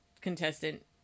contestant